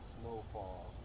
Snowfall